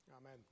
Amen